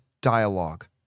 dialogue